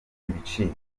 ibicika